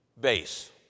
base